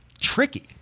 tricky